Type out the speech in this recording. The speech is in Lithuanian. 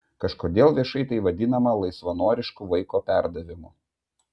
kažkodėl viešai tai vadinama laisvanorišku vaiko perdavimu